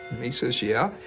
and he says, yeah.